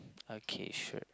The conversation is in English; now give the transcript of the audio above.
okay sure